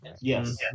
Yes